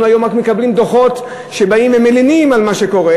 אנחנו היום רק מקבלים דוחות שמלינים על מה שקורה.